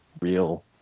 real